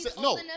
no